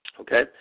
okay